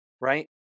right